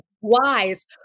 wise